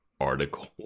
article